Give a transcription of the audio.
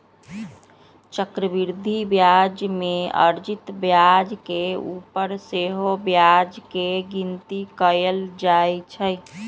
चक्रवृद्धि ब्याज में अर्जित ब्याज के ऊपर सेहो ब्याज के गिनति कएल जाइ छइ